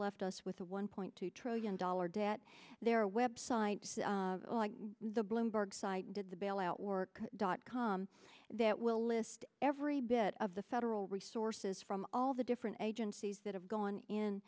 left us with a one point two trillion dollar debt their website the bloomberg site did the bailout work dot com that will list every bit of the federal resources from all the different agencies that have gone in